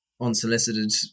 Unsolicited